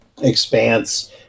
expanse